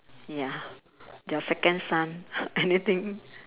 ya their second son anything